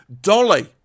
Dolly